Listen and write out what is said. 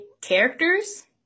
characters